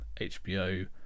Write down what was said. HBO